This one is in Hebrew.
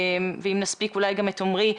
ואם נספיק אולי גם את עומרי.